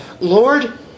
Lord